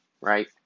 right